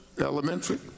Elementary